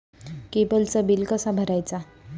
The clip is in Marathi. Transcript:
केबलचा बिल कसा भरायचा?